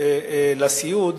לסיעוד